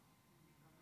תצאו להפסקה, היושב-ראש.